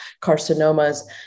carcinomas